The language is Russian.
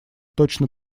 точно